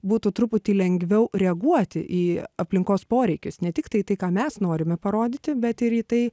būtų truputį lengviau reaguoti į aplinkos poreikius ne tik tai ką mes norime parodyti bet ir į tai